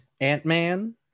Ant-Man